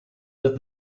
that